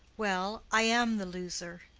well i am the loser.